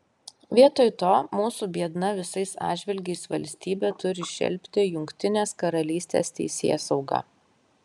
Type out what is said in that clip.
vietoj to mūsų biedna visais atžvilgiais valstybė turi šelpti jungtinės karalystės teisėsaugą